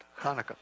Hanukkah